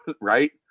right